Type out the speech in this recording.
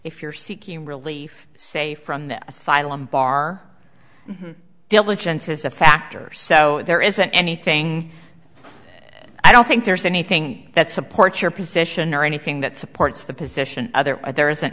if you're seeking relief say from the asylum bar diligence is a factor so there isn't anything i don't think there's anything that supports your position or anything that supports the position other there isn't